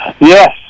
yes